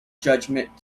judgement